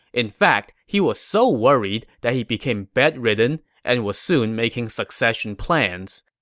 in fact, he was so worried that he became bedridden and was soon making succession plans.